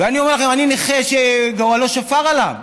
ואני אומר לכם: אני נכה שגורלו שפר עליו.